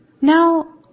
Now